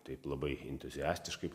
taip labai entuziastiškai